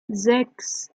sechs